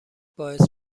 باعث